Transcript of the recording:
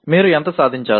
మీరు ఎంత సాధించాలి